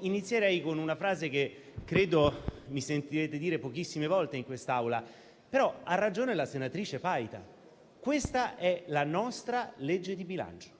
Inizierei con una frase che credo mi sentirete dire pochissime volte in quest'Aula, ma ha ragione la senatrice Paita: questa è la nostra legge di bilancio.